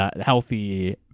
healthy